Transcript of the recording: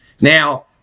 Now